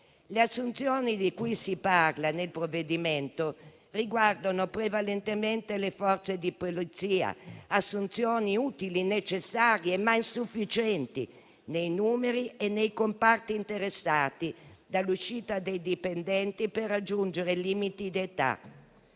Le assunzioni di cui si parla nel provvedimento riguardano prevalentemente le Forze di polizia: assunzioni utili e necessarie, ma insufficienti nei numeri e nei comparti interessati dall'uscita dei dipendenti per raggiunti limiti di età.